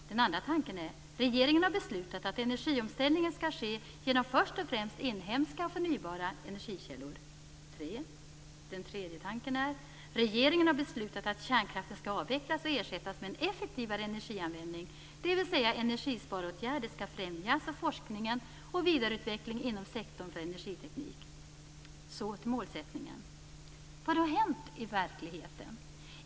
Den andra tanken är: Regeringen har beslutat att energiomställningen skall ske genom först och främst inhemska och förnybara energikällor. Den tredje tanken är: Regeringen har beslutat att kärnkraften skall avvecklas och ersättas med en effektivare energianvändning, dvs. energisparåtgärder skall främjas och forskning och vidareutveckling skall ske inom sektorn för energiteknik. Så är målsättningen. Vad har då hänt i verkligheten?